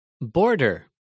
Border